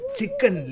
chicken